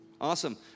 Awesome